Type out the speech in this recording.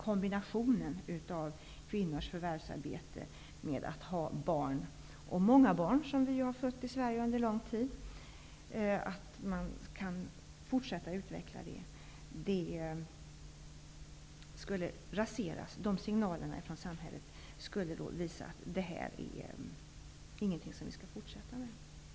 Kombinationen mellan kvinnors förvärvsarbete och att ha barn -- vi har ju under lång tid fött många barn i Sverige -- kan då inte fortsätta att utvecklas. Signalerna från samhället skulle då rasera detta utvecklingsarbete och visa att det inte är någonting som man skall fortsätta med.